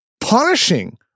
punishing